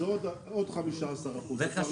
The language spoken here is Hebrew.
עוד 15%. זה כבר נותן תשובה.